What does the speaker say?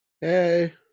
hey